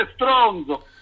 stronzo